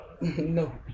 No